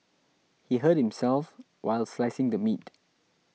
he hurt himself while slicing the meat